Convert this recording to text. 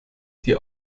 die